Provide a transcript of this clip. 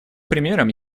примером